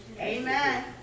Amen